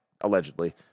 allegedly